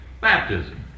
baptism